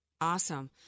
Awesome